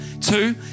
Two